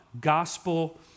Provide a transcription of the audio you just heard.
gospel